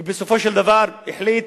ובסופו של דבר החליט